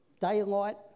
Daylight